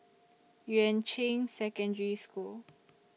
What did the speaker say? Yuan Ching Secondary School